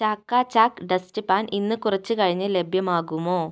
ചാകാ ചാക്ക് ഡസ്റ്റ്പാൻ ഇന്ന് കുറച്ചു കഴിഞ്ഞു ലഭ്യമാകുമോ